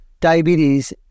diabetes